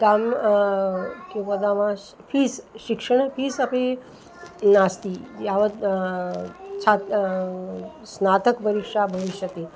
कां किं वदामः श् फ़ीस् शिक्षणं फ़ीस् अपि नास्ति यावद् छात् स्नातकपरीक्षा भविष्यति